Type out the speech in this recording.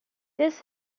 this